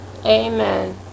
Amen